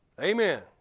Amen